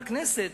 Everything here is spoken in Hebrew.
בכנסת,